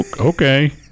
okay